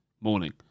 morning